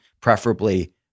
preferably